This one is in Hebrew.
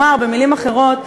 במילים אחרות,